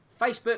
Facebook